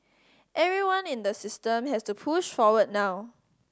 everyone in the system has to push forward now